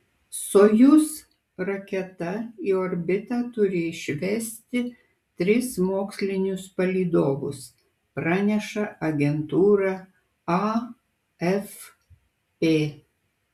sojuz raketa į orbitą turi išvesti tris mokslinius palydovus praneša agentūra afp